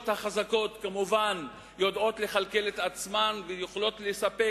החזקות כמובן יודעות לכלכל את עצמן ויכולות לספק